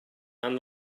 and